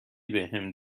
بهم